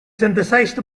synthesized